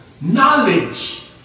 knowledge